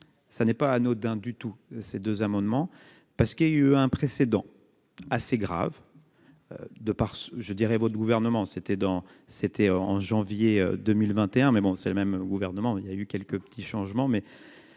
ça n'est pas anodin du tout ces deux amendements parce qu'il y a eu un précédent assez grave, de par je dirais votre gouvernement c'était dans c'était en janvier 2021, mais bon, c'est le même gouvernement, il y a eu quelques petits changements